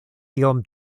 iom